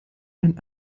einen